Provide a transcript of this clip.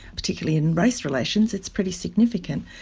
particularly in race relations, it's pretty significant.